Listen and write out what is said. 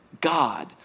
God